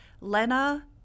Lena